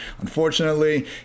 Unfortunately